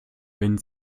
wenn